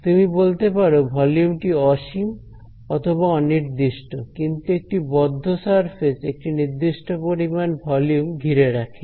তুমি বলতে পারো ভলিউম টি অসীম অথবা অনির্দিষ্ট কিন্তু একটি বদ্ধ সারফেস একটি নির্দিষ্ট পরিমাণ ভলিউম ঘিরে রাখে